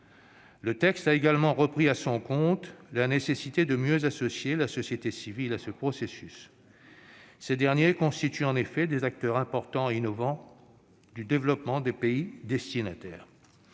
Le texte a également repris l'objectif de mieux associer la société civile à ce processus. Cette dernière constitue en effet un acteur important et innovant du développement des pays destinataires.